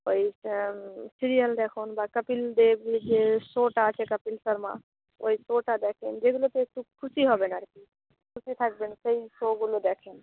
ওই সিরিয়াল দেখুন বা কপিল দেব যে শোটা আছে কপিল শর্মা ওই শোটা দেখুন যেগুলোতে একটু খুশি হবেন আর কি খুশি থাকবেন সেই শোগুলো দেখুন